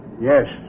yes